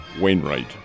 Wainwright